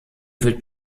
wird